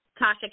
Tasha